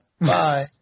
bye